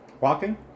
Walking